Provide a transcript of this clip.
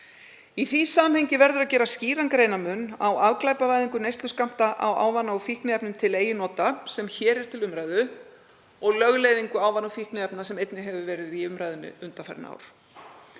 Í því samhengi verður að gera skýran greinarmun á afglæpavæðingu neysluskammta af ávana- og fíkniefnum til eigin nota, sem hér er til umræðu, og lögleiðingu ávana- og fíkniefna sem einnig hefur verið í umræðunni undanfarin ár.